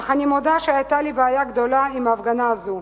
אך אני מודה שהיתה לי בעיה גדולה עם ההפגנה הזו,